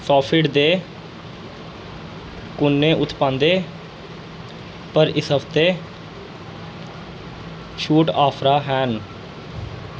soffit दे कु'नें उत्पादें पर इस हफ्तै छूट आफरां हैन